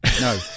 no